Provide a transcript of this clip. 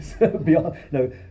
No